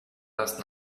last